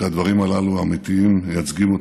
שהדברים הללו אמיתיים ומייצגים אותו.